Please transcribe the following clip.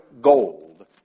gold